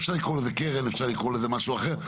אפשר לקרוא לזה קרן, אפשר לקרוא לזה משהו אחר.